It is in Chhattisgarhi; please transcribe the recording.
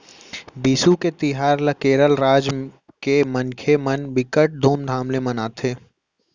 बिसु के तिहार ल केरल राज के मनखे मन बिकट धुमधाम ले मनाथे